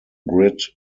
grid